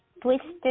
Twisted